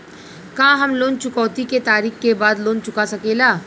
का हम लोन चुकौती के तारीख के बाद लोन चूका सकेला?